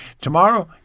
tomorrow